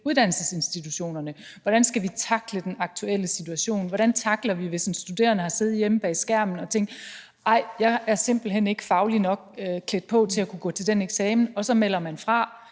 uddannelsesinstitutionerne. Hvordan skal vi tackle den aktuelle situation? Hvordan tackler vi det, hvis en studerende har siddet hjemme bag skærmen og tænkt, at vedkommende simpelt hen ikke er klædt fagligt godt nok på til at kunne gå til en eksamen, og så melder fra?